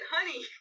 Honey